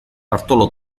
bartolo